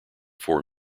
four